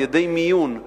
על-ידי מיון,